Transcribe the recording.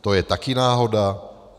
To je taky náhoda?